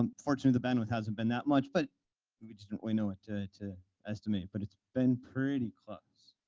um fortunately, the bandwidth hasn't been that much, but we just didn't really know what to to estimate. but it's been pretty close.